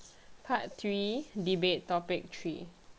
part three debate topic three